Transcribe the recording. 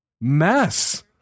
mess